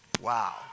Wow